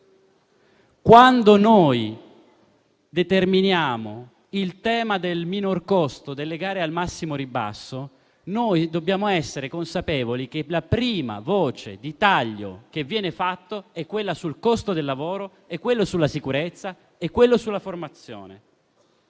Quando determiniamo il tema del minor costo delle gare al massimo ribasso, dobbiamo essere consapevoli che le prime voci di taglio che vengono fatte sono quelle sul costo del lavoro, sulla sicurezza e sulla formazione.